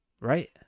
Right